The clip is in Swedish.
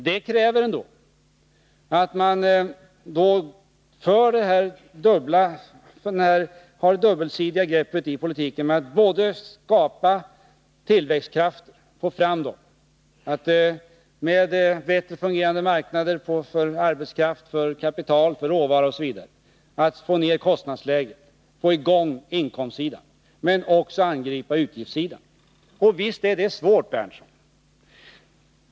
Det kräver att man i sin politik tar ett dubbelt grepp: Man måste både få fram tillväxtkrafter — genom bättre fungerande marknader för arbetskraft, kapital, råvaror osv. få ned kostnadsläget och få i gång inkomstsidan — och angripa utgiftssidan. Visst är detta svårt, Nils Berndtson.